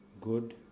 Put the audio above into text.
good